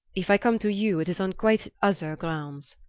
if i come to you, it is on quite other grounds.